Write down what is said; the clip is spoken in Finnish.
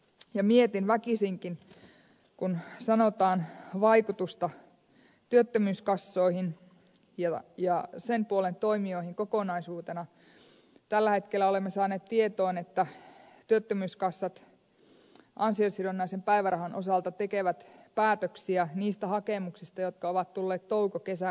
mietin väkisinkin että kun tutkitaan vaikutusta työttömyyskassoihin ja sen puolen toimijoihin kokonaisuutena niin tällä hetkellä olemme saaneet tietoon että työttömyyskassat ansiosidonnaisen päivärahan osalta tekevät päätöksiä niistä hakemuksista jotka ovat tulleet toukokesäkuussa